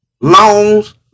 loans